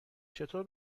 چطور